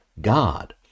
God